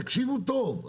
תקשיבו טוב,